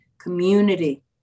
community